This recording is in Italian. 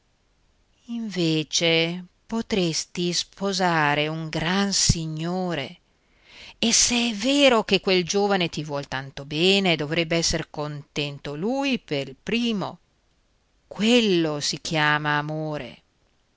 invece potresti sposare un gran signore e s'è vero che quel giovane ti vuol tanto bene dovrebbe esser contento lui pel primo quello si chiama amore